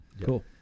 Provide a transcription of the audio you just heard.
Cool